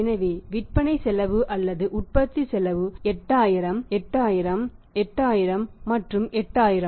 எனவே விற்பனை செலவு அல்லது உற்பத்தி செலவு 8000 8000 8000 மற்றும் 8000